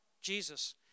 Jesus